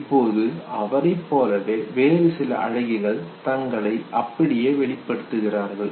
இப்போது அவரைப் போலவே வேறு சில அழகிகள் தங்களை அப்படியே வெளிப்படுத்துகிறார்கள்